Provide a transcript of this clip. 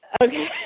Okay